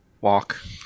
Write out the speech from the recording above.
Walk